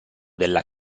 della